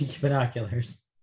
Binoculars